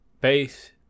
base